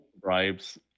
bribes